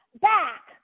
back